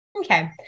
okay